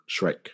Shrek